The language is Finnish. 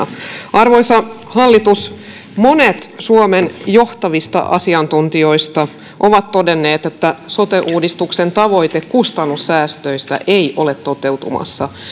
arvoisa hallitus monet suomen johtavista asiantuntijoista ovat todenneet että sote uudistuksen tavoite kustannussäästöistä ei ole toteutumassa